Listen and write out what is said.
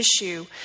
issue